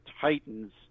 Titans